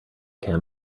can